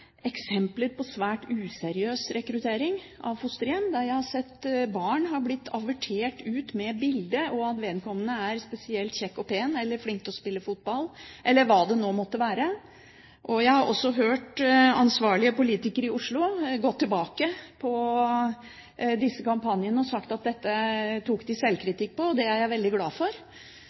eksempler på svært useriøs rekruttering av fosterhjem, der barn har blitt avertert med bilde, og opplysninger om at vedkommende er spesielt kjekk og pen eller flink til å spille fotball, eller hva det nå måtte være. Jeg har også hørt ansvarlige politikere i Oslo gå tilbake på disse kampanjene og sagt at dette tok de selvkritikk på, og det er jeg veldig glad for.